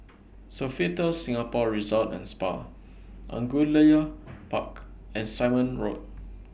Sofitel Singapore Resort and Spa Angullia Park and Simon Road